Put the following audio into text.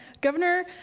Governor